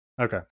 Okay